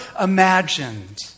imagined